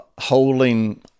holding